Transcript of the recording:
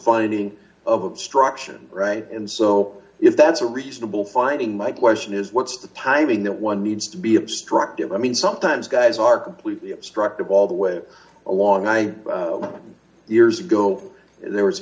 finding of obstruction right and so if that's a reasonable finding my question is what's the timing that one needs to be obstructive i mean sometimes guys are completely obstructive all the way along i years ago there was